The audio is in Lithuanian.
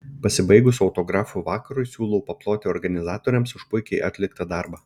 pasibaigus autografų vakarui siūlau paploti organizatoriams už puikiai atliktą darbą